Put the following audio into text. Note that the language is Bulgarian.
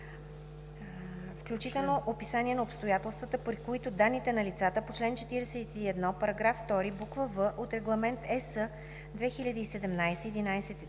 включително описание на обстоятелствата, при които данните на лицата по чл. 41, параграф 2, буква „в“ от Регламент (EС) 2017/1129